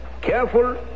Careful